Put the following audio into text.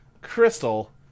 Crystal